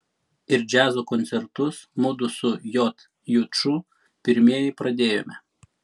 ir džiazo koncertus mudu su j juču pirmieji pradėjome